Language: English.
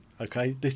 Okay